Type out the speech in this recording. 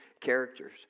characters